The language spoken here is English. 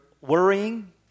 worrying